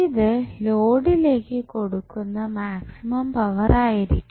ഇത് ലോഡിലേക്ക് കൊടുക്കുന്ന മാക്സിമം പവർ ആയിരിക്കും